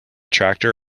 tractor